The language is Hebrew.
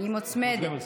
היא מוצמדת.